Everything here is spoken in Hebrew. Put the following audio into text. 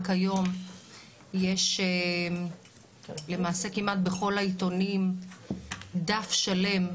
רק היום יש למעשה כמעט בכל העיתונים דף שלם,